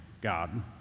God